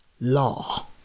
law